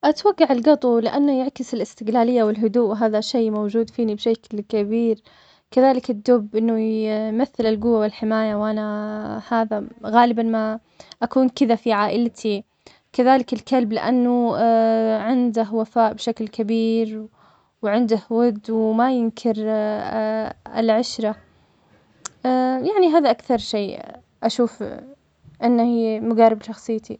أتوقع القطو لأنه يعكس الإستقلالية والهدوء وهذا شيء موجود فيني بشكل كبير كذلك الدب إنه يمثل القوة والحماية وانا هذا غالباً ما أكون كذا في عائلتي كذلك الكلب لأنه عنده وفاء بشكل كبير وعنده ود وما ينكر العشرة يعني هذا أكثر شيء أشوف أنه ي- مقارب شخصيتي.